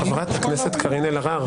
חברת הכנסת קארין אלהרר.